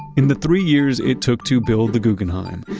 in the three years it took to build the guggenheim,